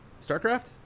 StarCraft